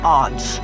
odds